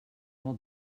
not